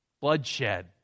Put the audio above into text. Bloodshed